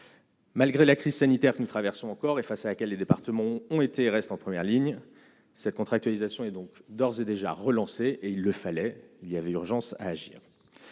Malgré la crise sanitaire que nous traversons encore et face à laquelle les départements ont été et reste en première ligne cette contractualisation et donc d'ores et déjà relancé, et il le fallait, il y avait urgence à agir